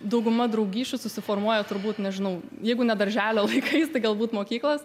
dauguma draugysčių susiformuoja turbūt nežinau jeigu ne darželio laikais tai galbūt mokyklos